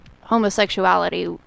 homosexuality